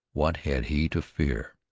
what had he to fear?